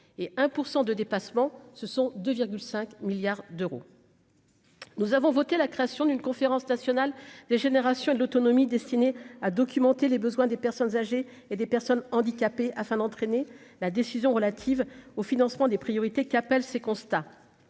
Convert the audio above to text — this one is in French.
100 de dépassement, ce sont 2 5 milliards d'euros. Nous avons voté la création d'une conférence nationale des générations de l'autonomie destinée à documenter les besoins des personnes âgées et des personnes handicapées afin d'entraîner la décision relative au financement des priorités qui appelle ses constats,